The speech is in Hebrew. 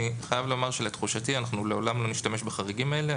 אני חייב לומר שלתחושתי אנחנו לעולם לא נשתמש בחריגים האלה.